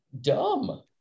dumb